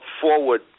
forward